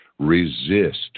Resist